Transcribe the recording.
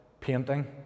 painting